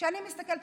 כשאני מסתכלת,